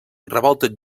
revoltes